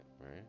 right